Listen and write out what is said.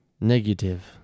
Negative